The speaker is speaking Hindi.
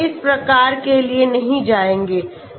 तो हम इस प्रकार के लिए नहीं जाएंगे